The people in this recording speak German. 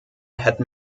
hätten